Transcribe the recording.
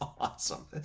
awesome